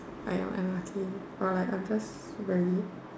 I am unlucky or like I'm just very